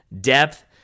depth